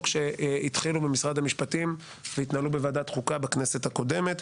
שהתחילו במשרד המשפטים והתנהלו בוועדת חוקה בכנסת הקודמת.